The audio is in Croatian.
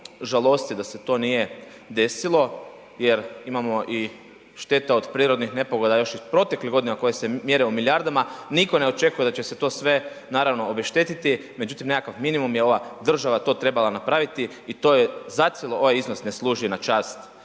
žalosti da se to nije desilo jer imamo i šteta od prirodnih nepogoda još iz proteklih godina koje se mjere u milijardama, nitko ne očekuje da će se to sve naravno obeštetiti, međutim nekakav minimum je ova država to trebala napraviti i to je zacijelo ovaj iznos ne služi na čast